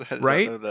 right